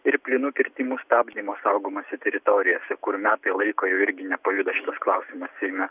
ir plynų kirtimų stabdymo saugomose teritorijose kur metai laiko jau irgi nepajuda šitas klausimas seime